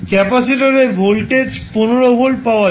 capacitor এ voltage 15 volt পাওয়া যাবে